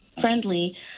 friendly